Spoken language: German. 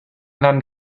land